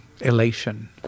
elation